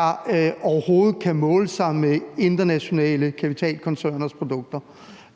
der overhovedet kan måle sig med internationale kapitalkoncerners produkter.